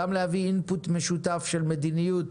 גם להביא אינפוט משותף של מדיניות,